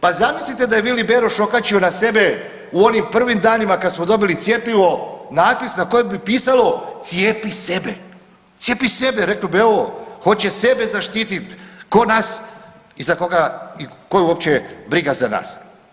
Pa zamislite da je Vili Beroš okačio na sebe u onim prvim danima kad smo dobili cjepivo napis na kojem bi pisalo „cjepi sebe“, cjepi sebe reklo bi evo hoće sebe zaštitit, ko nas i za koga i koga uopće briga za nas.